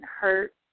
hurt